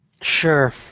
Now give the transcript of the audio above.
Sure